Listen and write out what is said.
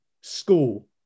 school